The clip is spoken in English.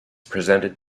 presented